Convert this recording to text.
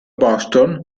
boston